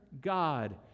God